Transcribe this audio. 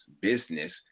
business